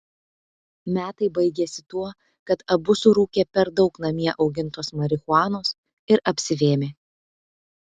metai baigėsi tuo kad abu surūkė per daug namie augintos marihuanos ir apsivėmė